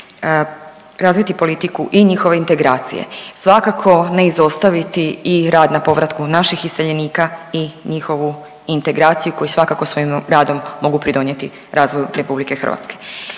razviti politiku i njihove integracije. Svakako ne izostaviti rad na povratku naših iseljenika i njihovu integraciju koji svakako svojim radom mogu pridonijeti razvoju RH. Danas svakako